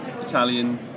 Italian